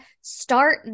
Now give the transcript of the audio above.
start